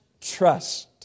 trust